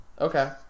Okay